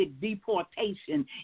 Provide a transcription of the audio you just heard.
deportation